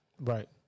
Right